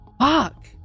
Fuck